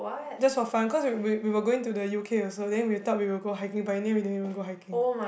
just for fun cause we we were going to the U_K also then we thought we will go hiking but in the end we didn't even go hiking